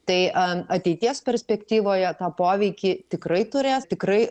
tai ateities perspektyvoje tą poveikį tikrai turės tikrai